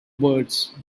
birds